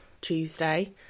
Tuesday